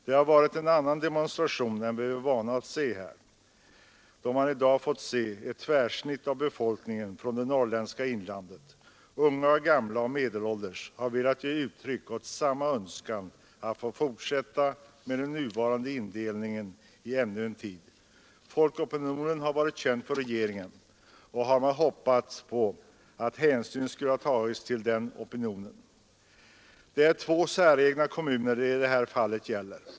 Det har varit en demonstration av annat slag än vad vi är vana vid — vi har i dag fått se ett tvärsnitt av befolkningen från det norrländska inlandet. Unga, gamla och medelålders har velat ge uttryck åt samma önskan att få fortsätta med den nuvarande indelningen ännu en tid. Folkopinionen har varit känd för regeringen, och man hade hoppats på att hänsyn skulle ha tagits till denna opinion. Det är två säregna kommuner det i detta fall gäller.